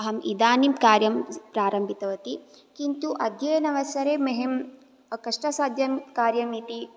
अहम् इदानीं कार्यं प्रारम्भितवती किन्तु अद्ययनवसरे मह्यं कष्टसाध्यं कार्यम् इति